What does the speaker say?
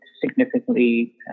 significantly